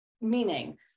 meaning